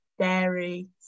dairy